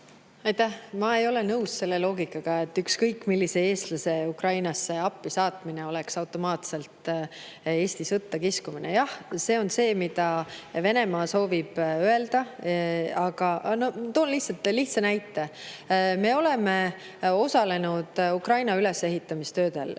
Ma ei ole nõus selle loogikaga, et ükskõik millise eestlase Ukrainasse appi saatmine oleks automaatselt Eesti sõtta kiskumine. Jah, see on see, mida Venemaa soovib öelda. Aga ma toon lihtsa näite. Me oleme osalenud Ukraina ülesehitamistöödel,